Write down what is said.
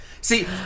See